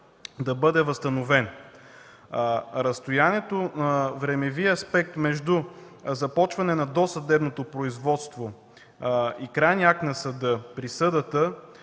да бъде възстановен. Времевият аспект между започване на досъдебното производство и крайния акт на съда – присъдата,